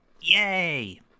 Yay